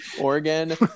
Oregon